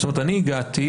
אני הגעתי,